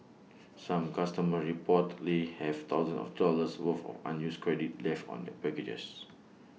some customers reportedly have thousands of dollars worth of unused credit left on their packages